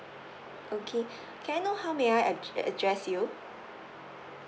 okay can I know how may I add~ address you